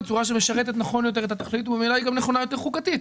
בצורה שמשרתת נכון יותר את התכלית וממילא היא גם נכונה יותר חוקתית.